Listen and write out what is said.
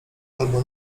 albo